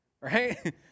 Right